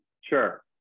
sure